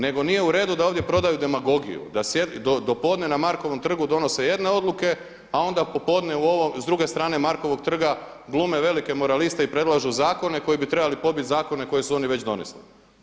Nego nije uredu da ovdje prodaju demagogiju do podne na Markovom trgu donose jedne odluke, a onda popodne s druge strane Markovog trga glume velike moraliste i predlažu zakone koji bi trebali pobiti zakone koji su oni već donesli.